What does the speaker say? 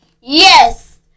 yes